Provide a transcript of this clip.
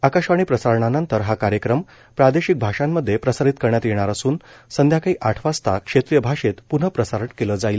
आकाशवाणी प्रसारणानंतर हा कार्यक्रम प्रादेशिक भाषांमध्ये प्रसारित करण्यात येणार असून संध्याकाळी आठ वाजता क्षेत्रीय भाषेत प्नःप्रसारण केलं जाईल